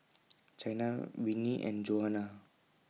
Chynna Winnie and Johannah